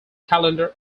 calendar